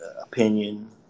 opinion